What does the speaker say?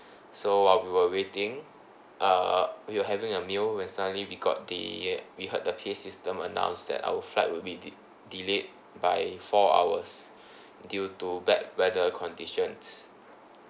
so uh we were waiting uh we were having a meal when suddenly we got the we heard the P_A system announced that our flight will be de~ delayed by four hours due to bad weather conditions